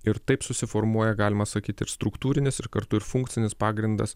ir taip susiformuoja galima sakyti ir struktūrinis ir kartu ir funkcinis pagrindas